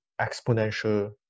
exponential